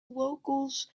locals